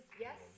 yes